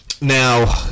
Now